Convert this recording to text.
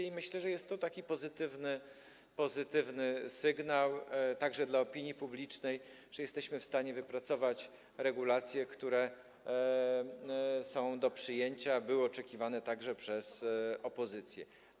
I myślę, że jest to taki pozytywny sygnał także dla opinii publicznej, że jesteśmy w stanie wypracować regulacje, które są do przyjęcia, a były oczekiwane także przez opozycję.